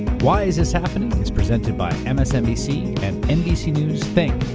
why is this happening is presented by ah msnbc and nbc news think,